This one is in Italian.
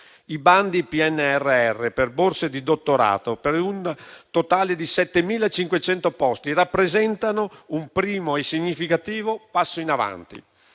I bandi del PNRR per borse di dottorato, per un totale di 7.500 posti, rappresentano un primo e significativo passo in avanti.